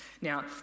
Now